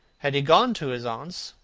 had he gone to his aunt's,